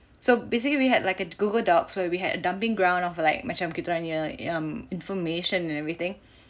so basically we had like a google docs where we had a dumping ground of like macam kita orang punya um information and everything